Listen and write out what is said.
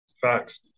Facts